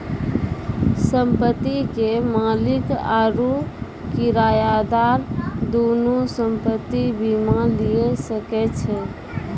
संपत्ति के मालिक आरु किरायादार दुनू संपत्ति बीमा लिये सकै छै